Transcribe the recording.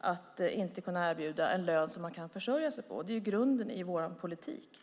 att inte kunna erbjuda en lön som man kan försörja sig på. Det är ju grunden i vår politik.